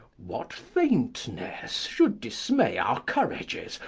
what faintness should dismay our courages,